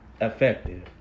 effective